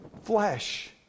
flesh